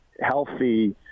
healthy